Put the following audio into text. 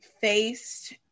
faced